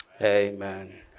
Amen